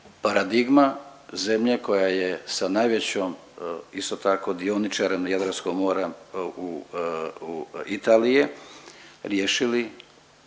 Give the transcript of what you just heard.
paradigma zemlje koja je sa najvećom isto dioničarem i europskog mora u u Italije riješili